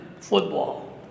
football